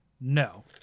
No